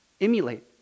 emulate